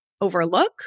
overlook